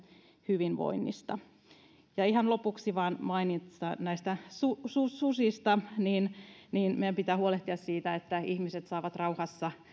hyvinvoinnista ihan lopuksi vain maininta susista meidän pitää huolehtia siitä että ihmiset saavat rauhassa